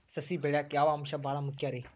ಸಸಿ ಬೆಳೆಯಾಕ್ ಯಾವ ಅಂಶ ಭಾಳ ಮುಖ್ಯ ರೇ?